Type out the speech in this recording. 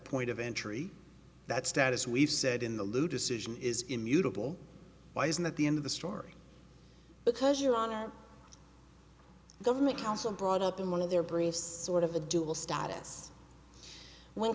point of entry that status we've said in the loo decision is immutable why isn't that the end of the story because you're on a government council brought up in one of their brief sort of a dual status